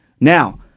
Now